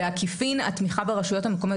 בעקיפין התמיכה ברשויות המקומיות,